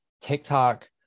TikTok